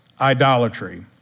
Idolatry